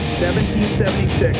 1776